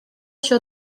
się